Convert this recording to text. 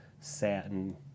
satin